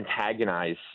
antagonize